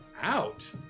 out